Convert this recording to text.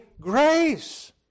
grace